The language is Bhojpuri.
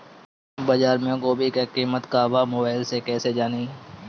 बाजार में गोभी के कीमत का बा मोबाइल से कइसे जानी?